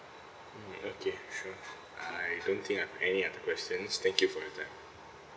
mm okay sure I don't think I have any other questions thank you for your time